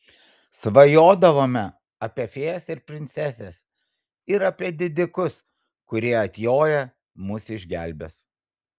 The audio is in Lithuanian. svajodavome apie fėjas ir princeses ir apie didikus kurie atjoję mus išgelbės